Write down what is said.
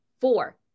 Four